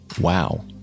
Wow